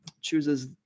chooses